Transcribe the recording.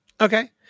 Okay